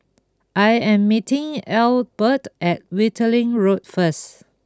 I am meeting Ethelbert at Wittering Road first